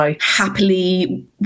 happily